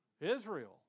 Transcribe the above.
Israel